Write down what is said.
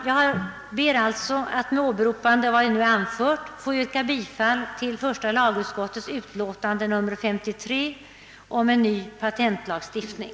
Med åberopande av vad jag nu har anfört ber jag att få yrka bifall till första lagutskottets hemställan i dess utlåtande nr 43 om en ny patentlagstiftning.